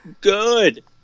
good